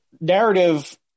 Narrative